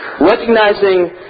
recognizing